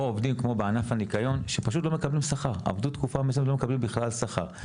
או עובדים כמו בענף הניקיון שעבדו תקופה מסוימת ולא מקבלים בכלל שכר,